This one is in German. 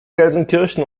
gelsenkirchen